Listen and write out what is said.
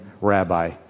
Rabbi